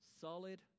Solid